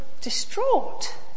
distraught